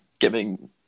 giving